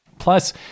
Plus